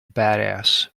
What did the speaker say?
badass